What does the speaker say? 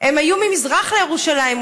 הם היו ממזרח לירושלים,